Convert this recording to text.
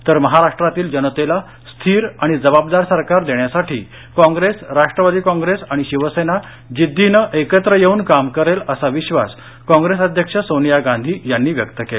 तर महाराष्ट्रातील जनतेला स्थिर आणि जबाबदार सरकार देण्यासाठी काँग्रेस राष्ट्रवादी काँग्रेस आणि शिवसेना जिद्दीनं एकत्र येऊन काम करेल असा विश्वास काँग्रेस अध्यक्ष सोनिया गांधी यांनी व्यक्त केला